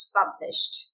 published